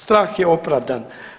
Strah je opravdan.